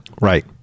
Right